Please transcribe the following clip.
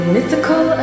Mythical